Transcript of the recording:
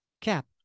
Cap